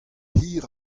hir